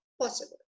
possible